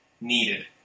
needed